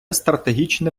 стратегічне